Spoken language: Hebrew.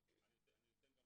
אני אתן דוגמאות: